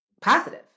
positive